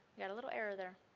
yeah a little error there.